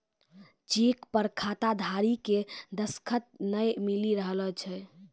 cheque पर खाताधारी के दसखत नाय मिली रहलो छै